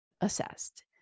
assessed